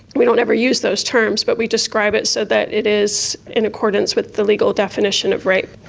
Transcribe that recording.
we don't ever use those terms but we describe it so that it is in accordance with the legal definition of rape.